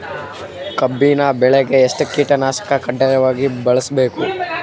ಕಬ್ಬಿನ್ ಬೆಳಿಗ ಎಷ್ಟ ಕೀಟನಾಶಕ ಕಡ್ಡಾಯವಾಗಿ ಬಳಸಬೇಕು?